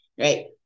right